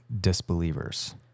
disbelievers